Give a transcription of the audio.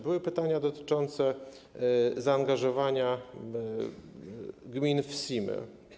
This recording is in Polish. Były pytania dotyczące zaangażowania gmin w SIM-y.